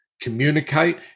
communicate